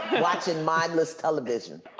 watching mindless television,